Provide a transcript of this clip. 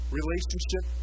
relationship